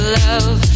love